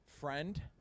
Friend